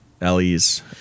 Ellie's